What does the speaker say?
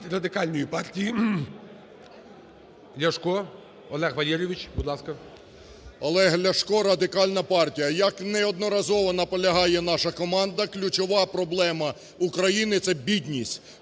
Радикальної партії, Ляшко Олег Валерійович, будь ласка. 17:05:13 ЛЯШКО О.В. Олег Ляшко, Радикальна партія. Як неодноразово наполягає наша команда, ключова проблема України – це бідність.